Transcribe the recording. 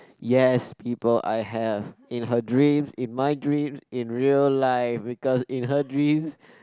yes people I have in her dreams in my dreams in real life because in her dreams